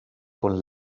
con